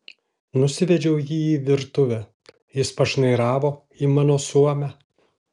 nusivedžiau jį į virtuvę jis pašnairavo į mano suomę